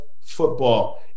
football